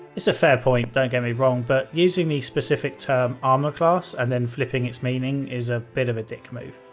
it's a fair point, don't get me wrong, but using the specific term armor class and then flipping its meaning is a bit of a d ck move.